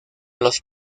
los